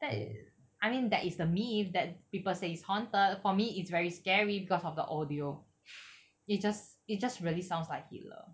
that i~ I mean that is the myth that people say it's haunted for me it's very scary because of the audio it just it just really sounds like hitler